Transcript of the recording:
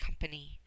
Company